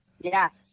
Yes